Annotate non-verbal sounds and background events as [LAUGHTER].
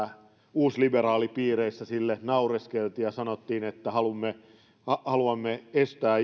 uusliberaalipiireissä sille naureskeltiin ja sanottiin että haluamme haluamme estää [UNINTELLIGIBLE]